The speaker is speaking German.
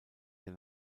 der